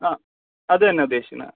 ആ അതുതന്നെ ഉദ്ദേശിക്കണത്